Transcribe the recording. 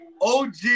OG